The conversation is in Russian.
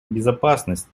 безопасность